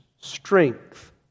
strength